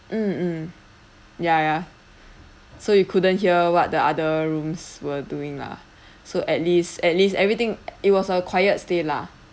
mmhmm ya ya so you couldn't hear what the other rooms were doing lah so at least at least everything it was a quiet stay lah